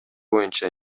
боюнча